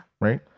Right